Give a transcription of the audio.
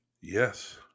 Yes